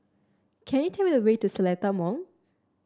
can you tell me the way to Seletar Mall